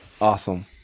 Awesome